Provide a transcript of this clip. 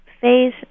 phase